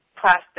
plastic